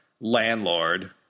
landlord